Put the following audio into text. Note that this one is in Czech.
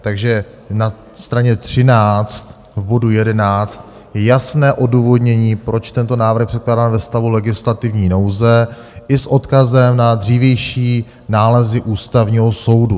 Takže na straně 13 v bodu 11 je jasné odůvodnění, proč tento návrh předkládáme ve stavu legislativní nouze, i s odkazem na dřívější nálezy Ústavního soudu.